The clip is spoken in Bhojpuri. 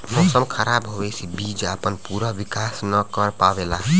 मौसम खराब होवे से बीज आपन पूरा विकास न कर पावेला